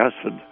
acid